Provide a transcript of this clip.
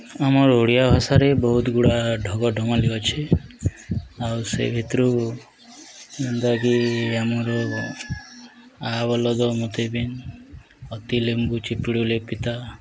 ଆମର ଓଡ଼ିଆ ଭାଷାରେ ବହୁତ ଗୁଡ଼ା ଢଗ ଢମାଲି ଅଛି ଆଉ ସେ ଭିତରୁ ଯେନ୍ତାକି ଆମର ଆ ବଲଦ ମତେ ବିନ୍ଦ୍ ଅତି ଲେମ୍ବୁ ଚିପୁଡିଲେ ପିତା